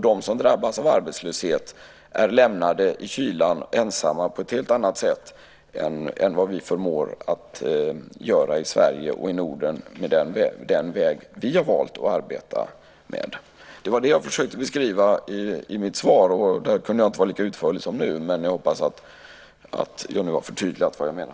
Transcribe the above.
De som drabbas av arbetslöshet lämnas ensamma i kylan på ett helt annat sätt än vad vi tvingas göra i Sverige och i Norden i övrigt med den modell som vi har valt att arbeta efter. Det var detta som jag försökte beskriva i mitt svar, där jag inte kunde vara lika utförlig som nu. Jag hoppas att jag nu har förtydligat vad jag menar.